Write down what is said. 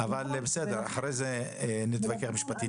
אבל בסדר, אחרי זה נתווכח משפטית.